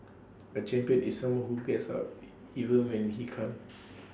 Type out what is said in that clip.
A champion is someone who gets up even when he can't